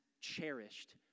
cherished